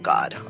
God